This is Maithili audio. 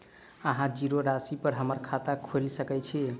अहाँ जीरो राशि पर हम्मर खाता खोइल सकै छी?